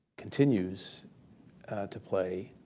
continues to play